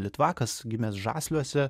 litvakas gimęs žasliuose